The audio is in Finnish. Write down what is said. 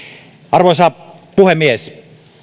arvoisa puhemies